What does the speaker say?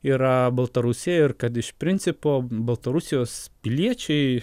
yra baltarusija ir kad iš principo baltarusijos piliečiai